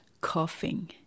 coughing